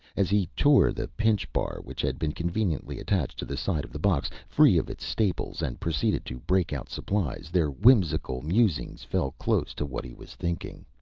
as he tore the pinchbar, which had been conveniently attached to the side of the box, free of its staples, and proceeded to break out supplies, their whimsical musings fell close to what he was thinking.